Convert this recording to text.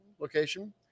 location